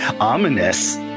Ominous